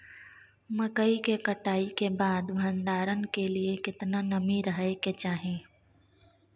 मकई के कटाई के बाद भंडारन के लिए केतना नमी रहै के चाही?